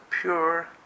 pure